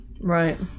Right